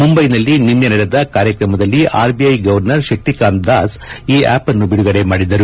ಮುಂಬೈನಲ್ಲಿ ನಿನ್ನೆ ನಡೆದ ಕಾರ್ಯಕ್ರಮದಲ್ಲಿ ಆರ್ಬಿಐ ಗವರ್ನರ್ ಶಕ್ತಿಕಾಂತ್ ದಾಸ್ ಈ ಆಪ್ನ್ನು ಬಿಡುಗಡೆ ಮಾಡಿದರು